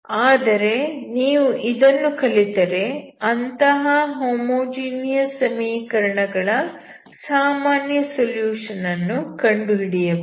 ಆದರೆ ನೀವು ಇದನ್ನು ಕಲಿತರೆ ಅಂತಹ ಹೋಮೋಜೀನಿಯಸ್ ಸಮೀಕರಣ ಗಳ ಸಾಮಾನ್ಯ ಸೊಲ್ಯೂಷನ್ ಅನ್ನು ಕಂಡುಹಿಡಿಯಬಹುದು